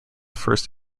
first